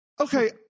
Okay